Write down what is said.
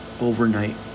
overnight